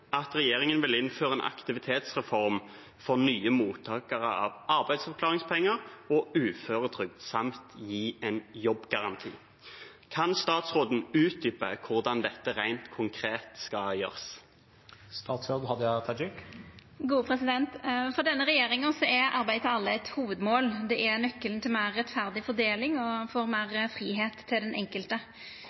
at regjeringen vil innføre en aktivitetsreform for nye mottakere av arbeidsavklaringspenger og uføretrygd samt gi en jobbgaranti. Kan statsråden utdype hvordan dette rent konkret skal gjøres?» For denne regjeringa er arbeid til alle eit hovudmål. Det er nøkkelen til ei meir rettferdig fordeling og meir fridom for den enkelte.